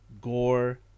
Gore